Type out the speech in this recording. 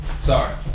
Sorry